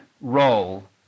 role